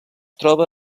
troba